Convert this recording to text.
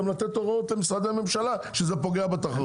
לתת הוראות למשרדי ממשלה כשזה פוגע בתחרות.